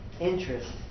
interest